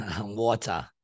Water